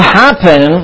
happen